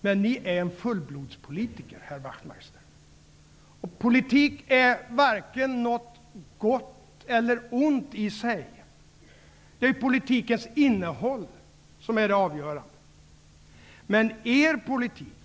Men ni är en fullblodspolitiker, herr Politik är varken något gott eller ont i sig. Det är politikens innehåll som är det avgörande.